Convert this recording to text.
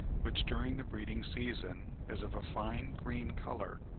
which during the breeding-season is of a fine green colour.